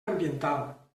ambiental